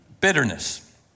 bitterness